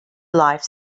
life